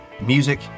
Music